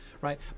right